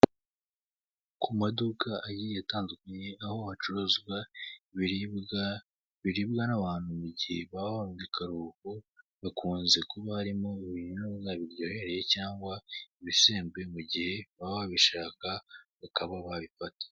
Ku maduka agiye atandukanye, aho bacururiza ibiribwa biribwa n'abantu mu gihe baba babonye akaruhuko, bikunze kuba harimo ibintuza biryohereye cyangwa ibisembuye ukaba wabifata.